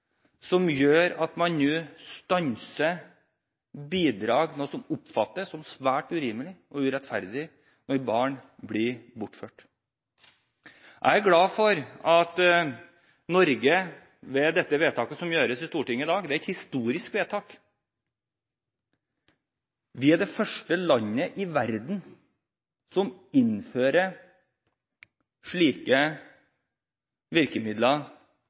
som gjør at man stanser bidrag. Det oppfattes som svært urimelig og urettferdig at man skal betale bidrag når barn blir bortført. Jeg er glad for dette vedtaket som fattes i Stortinget i dag. Det er et historisk vedtak. Vi er det første landet i verden som innfører slike virkemidler